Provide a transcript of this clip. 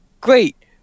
great